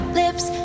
lips